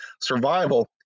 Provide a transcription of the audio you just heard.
survival